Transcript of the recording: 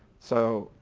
so,